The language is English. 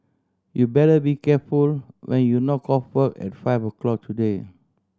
you better be careful when you knock off work at five o'clock today